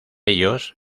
ellos